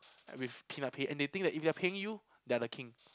with peanut pay and they think like if they are paying they are the king